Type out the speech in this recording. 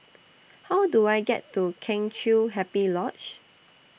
How Do I get to Kheng Chiu Happy Lodge